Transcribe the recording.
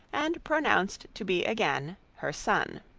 and pronounced to be again her son.